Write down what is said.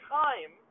time